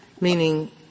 meaning